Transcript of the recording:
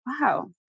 wow